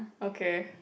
okay